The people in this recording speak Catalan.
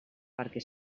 perquè